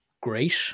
great